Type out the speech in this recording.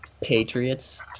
Patriots